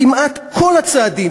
כמעט כל הצעדים,